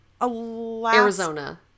Arizona